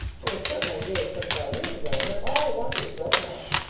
they were certainly engaged twenty-five years ago and then all at once it was broken off.